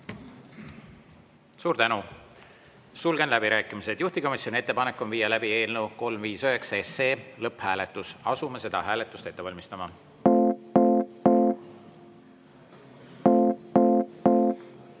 Suur tänu! Sulgen läbirääkimised. Juhtivkomisjoni ettepanek on viia läbi eelnõu 359 lõpphääletus. Asume seda hääletust ette valmistama. Head